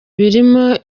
birimo